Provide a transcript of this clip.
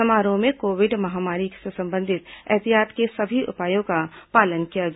समारोह में कोविड महामारी से संबंधित एहतियात के सभी उपायों का पालन किया गया